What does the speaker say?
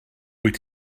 wyt